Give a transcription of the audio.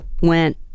went